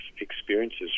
experiences